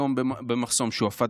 היום במחסום שועפאט,